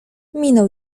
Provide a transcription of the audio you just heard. minął